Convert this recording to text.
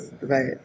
Right